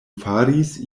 faris